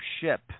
ship